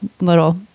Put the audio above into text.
little